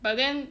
but then